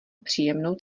příjemnou